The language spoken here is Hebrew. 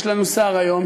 יש לנו שר היום,